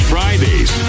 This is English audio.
Fridays